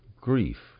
grief